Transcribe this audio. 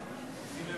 זה?